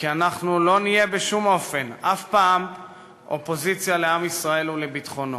כי אנחנו לא נהיה בשום אופן אף פעם אופוזיציה לעם ישראל ולביטחונו.